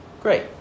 great